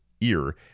ear